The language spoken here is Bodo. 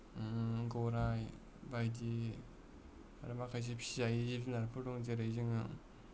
गराइ बायदि आरो माखासे फिसिजायि जिब जुनारफोर दं जेरै जोङो